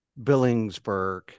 Billingsburg